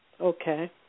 Okay